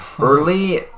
early